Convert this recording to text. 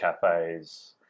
cafes